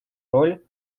роль